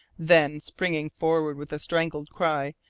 then, springing forward with a strangled cry,